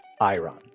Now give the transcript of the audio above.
Iron